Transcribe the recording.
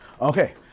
Okay